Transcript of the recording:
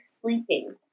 sleeping